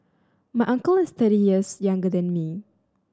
my uncle is thirty years younger than me